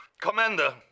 Commander